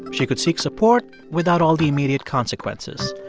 she could seek support without all the immediate consequences.